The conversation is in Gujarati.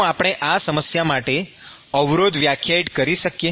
શું આપણે આ સમસ્યા માટે અવરોધ વ્યાખ્યાયિત કરી શકીએ